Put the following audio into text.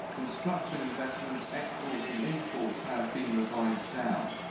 construction investment, exports and imports have been revised down.